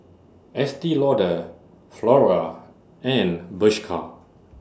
Estee Lauder Flora and Bershka